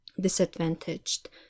disadvantaged